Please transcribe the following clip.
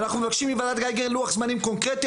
אנחנו מבקשים מוועדת גייגר לוח זמנים קונקרטי,